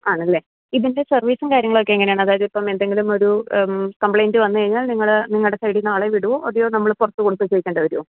ആണല്ലേ ഇതിൻറ്റെ സർവ്വീസ്സും കാര്യങ്ങൾ ഒക്കെ എങ്ങനെയാണ് അതായത് ഇപ്പം എന്തേങ്കിലും ഒരു കമ്പ്ലേയ്ൻറ്റ് വന്ന് കഴിഞ്ഞാൽ നിങ്ങൾ നിങ്ങളുടെ സൈഡീന്നുള്ള വിടുമോ അതോ ഞങ്ങൾ പുറത്ത് കൊടുത്ത് ചെയ്യിക്കേണ്ടി വരുമോ